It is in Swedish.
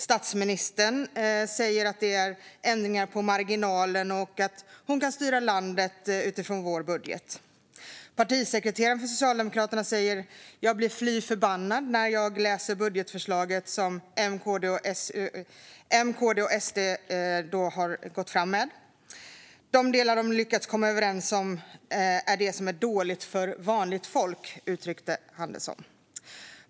Statsministern säger att det är ändringar på marginalen och att hon kan styra landet utifrån vår budget. Partisekreteraren för Socialdemokraterna säger: Jag blir fly förbannad när jag läser budgetförslaget som M, KD och SD har gått fram med. De delar som de lyckats komma överens om är det som är dåligt för vanligt folk, uttryckte han det.